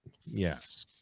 Yes